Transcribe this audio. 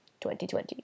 2020